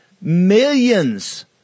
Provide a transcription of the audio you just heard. millions